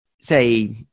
say